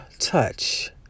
touch